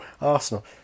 Arsenal